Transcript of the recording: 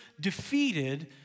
defeated